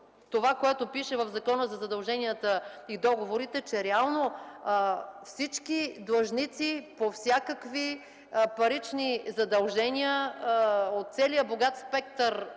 това, което пише в Закона за задълженията и договорите, че реално всички длъжници по всякакви парични задължения от целия богат спектър